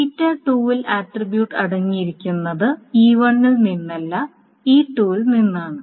ൽ ആട്രിബ്യൂട്ട് അടങ്ങിയിരിക്കുന്നത് E1 ൽ നിന്നല്ല E2 ൽ നിന്നാണ്